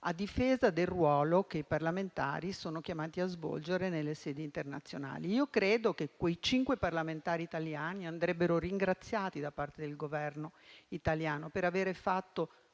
a difesa del ruolo che i parlamentari sono chiamati a svolgere nelle sedi internazionali. Io credo che quei cinque parlamentari italiani andrebbero ringraziati da parte del Governo italiano per avere fatto